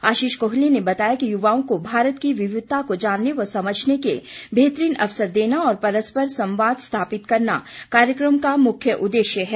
आशीष कोहली ने बताया कि युवाओं को भारत की विविधता को जानने व समझने के बेहतरीन अवसर देना और परस्पर संवाद स्थापित करना कार्यक्रम का मुख्य उद्देश्य है